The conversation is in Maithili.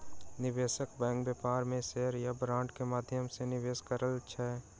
निवेशक बैंक व्यापार में शेयर आ बांड के माध्यम सॅ निवेश करैत अछि